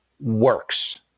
works